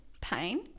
pain